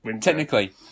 technically